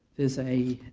is a